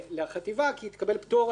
לחטיבה, כי היא תקבל פטור על מעשה